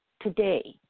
today